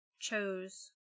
chose